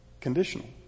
conditional